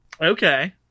okay